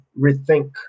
rethink